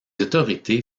autorités